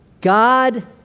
God